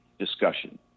discussion